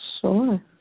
Sure